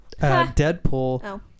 Deadpool